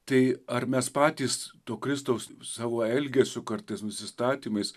tai ar mes patys to kristaus savo elgesiu kartais nusistatymais